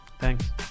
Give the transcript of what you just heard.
Thanks